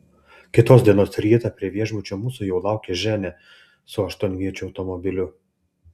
kitos dienos rytą prie viešbučio mūsų jau laukė ženia su aštuonviečiu automobiliu